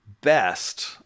best